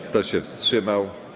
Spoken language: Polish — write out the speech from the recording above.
Kto się wstrzymał?